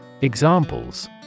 Examples